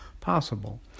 possible